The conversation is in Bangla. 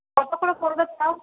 কত করে পড়বে তাও